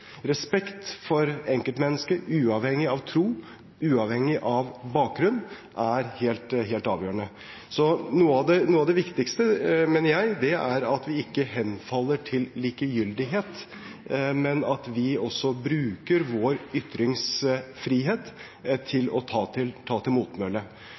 Respekt for enkeltmennesket – uavhengig av tro, uavhengig av bakgrunn – er helt avgjørende. Så noe av det viktigste, mener jeg, er at vi ikke henfaller til likegyldighet, men at vi også bruker vår ytringsfrihet til å ta til